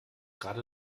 gerade